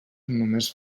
només